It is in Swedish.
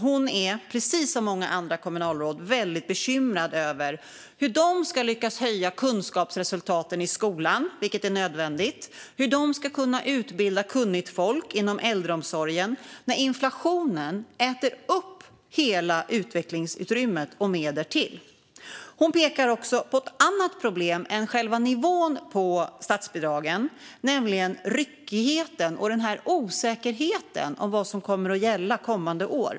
Hon är precis som många andra kommunalråd väldigt bekymrad över hur de ska lyckas höja kunskapsresultaten i skolan, vilket är nödvändigt, och kunna utbilda kunnigt folk inom äldreomsorgen när inflationen äter upp hela utvecklingsutrymmet och mer därtill. Hon pekar också på ett annat problem än själva nivån på statsbidragen, nämligen ryckigheten och den osäkerhet om vad som kommer att gälla kommande år.